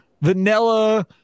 vanilla